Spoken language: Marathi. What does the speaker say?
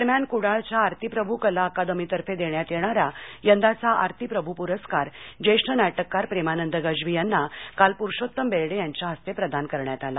दरम्यान कुडाळच्या आरती प्रभू कला अकादमीतर्फे देण्यात येणारा यंदाचा आरती प्रभू पुरस्कार ज्येष्ठ नाटककार प्रेमानंद गजवी यांना काल प्रुषोत्तम बेर्डे यांच्या हस्ते प्रदान करण्यात आला